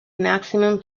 maximum